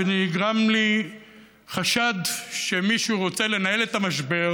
נגרם לי חשד שמישהו רוצה לנהל את המשבר